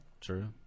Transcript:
True